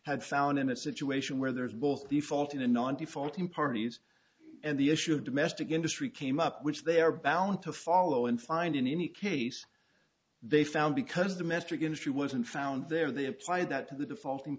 had found in a situation where there is both the fault in a non defaulting parties and the issue of domestic industry came up which they are bound to follow and find in any case they found because domestic industry wasn't found there they apply that to the defaulting